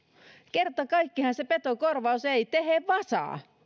kerta kaikkiaan se petokorvaus ei tee vasaa